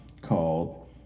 called